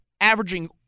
averaging